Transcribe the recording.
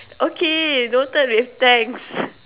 okay noted with thanks